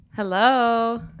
Hello